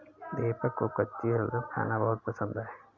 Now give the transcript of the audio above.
दीपक को कच्ची शलजम खाना बहुत पसंद है